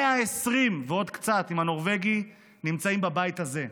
120 ועוד קצת עם הנורבגי נמצאים בבית הזה.